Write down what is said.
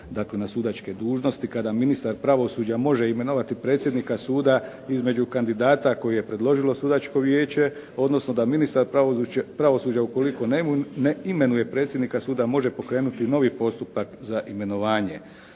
dakle na sudačke dužnosti kada ministar pravosuđa može imenovati predsjednika suda između kandidata koje je predložilo sudačko vijeće, odnosno da ministar pravosuđa ukoliko ne imenuje predsjednika suda može pokrenuti novi postupak za imenovanje.